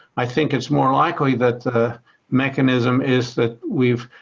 i think it's more likely that the mechanism is that we've